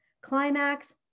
climax